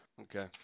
Okay